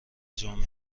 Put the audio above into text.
جامع